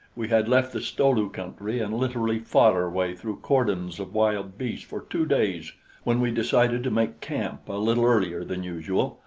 we had left the sto-lu country and literally fought our way through cordons of wild beasts for two days when we decided to make camp a little earlier than usual,